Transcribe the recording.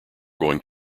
going